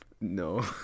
no